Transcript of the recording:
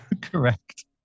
Correct